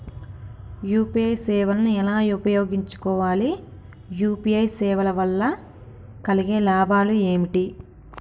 UPI సేవను ఎలా ఉపయోగించు కోవాలి? యూ.పీ.ఐ సేవల వల్ల కలిగే లాభాలు ఏమిటి?